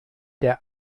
der